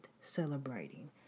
celebrating